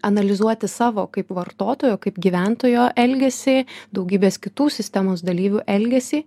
analizuoti savo kaip vartotojo kaip gyventojo elgesį daugybės kitų sistemos dalyvių elgesį